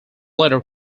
letter